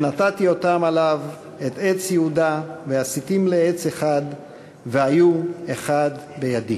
ונתתי אותם עליו את עץ יהודה ועשיתם לעץ אחד והיו אחד בידִי,